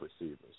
receivers